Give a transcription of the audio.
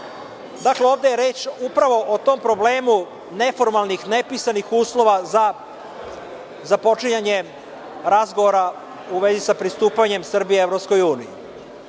ovde je reč upravo o tom problemu neformalnih, nepisanih uslova za započinjanje razgovora u vezi sa pristupanjem Srbije EU.